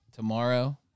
tomorrow